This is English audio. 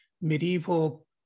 medieval